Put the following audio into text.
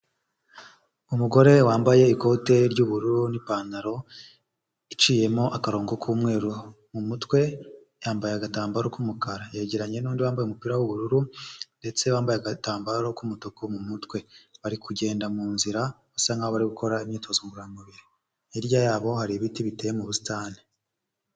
Umugore wambaye ikote ry'ubururu n'ipantaro iciyemo akarongo k'umweru, mu mutwe yambaye agatambaro k'umukara, yegeranye n'undi wambaye umupira w'ubururu ndetse wambaye agatambaro k'umutuku mu mutwe, bari kugenda mu nzira basa nkaho bari gukora imyitozo ngororamubiri, hirya yabo hari ibiti biteye mu busitani.